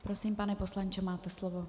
Prosím, pane poslanče, máte slovo.